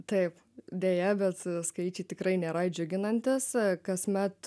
taip deja bet skaičiai tikrai nėra džiuginantys kasmet